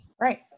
Right